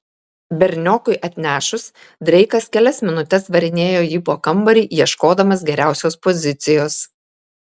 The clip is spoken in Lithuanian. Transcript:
berniokui atnešus dreikas kelias minutes varinėjo jį po kambarį ieškodamas geriausios pozicijos